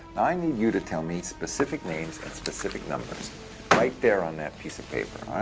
i need you to tell me, specific names and specific numbers right there on that piece of paper.